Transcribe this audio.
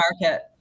market